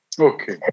okay